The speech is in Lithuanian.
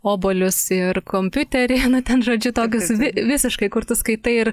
obuolius ir kompiuterį na ten žodžiu tokius vi visiškai kur tu skaitai ir